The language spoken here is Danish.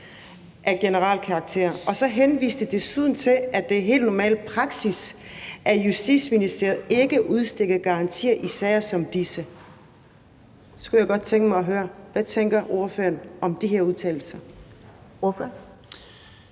af generel karakter. Og så henviste de desuden til, at det er helt normal praksis, at Justitsministeriet ikke udstikker garantier i sager som disse. Så kunne jeg godt tænke mig at høre, hvad ordføreren tænker om de her udtalelser.